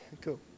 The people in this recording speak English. Cool